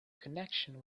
connection